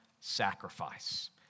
sacrifice